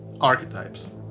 archetypes